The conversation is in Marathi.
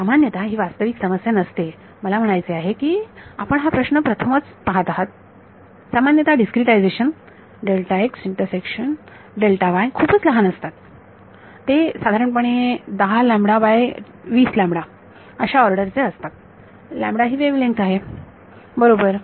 सामान्यत ही वास्तविक समस्या नसते मला म्हणायचे आहे की आपण हा प्रश्न प्रथमच पाहत आहात सामान्यत डीस्क्रीटायझेशन खूपच लहान असतात ते साधारणपणे 10 लॅम्बडा बाय 20 लॅम्बडा अशा ऑर्डर्स चे असतात लॅम्बडा ही वेव्हलेंगथ आहे बरोबर